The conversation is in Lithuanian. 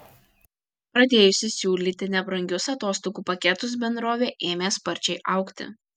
pradėjusi siūlyti nebrangius atostogų paketus bendrovė ėmė sparčiai augti